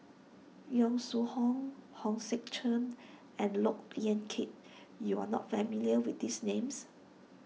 Yong Shu Hoong Hong Sek Chern and Look Yan Kit you are not familiar with these names